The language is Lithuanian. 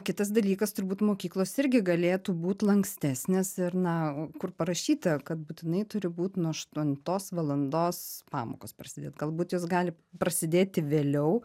kitas dalykas turbūt mokyklos irgi galėtų būt lankstesnės ir na kur parašyta kad būtinai turi būt nuo aštuntos valandos pamokos prasidėt galbūt jos gali prasidėti vėliau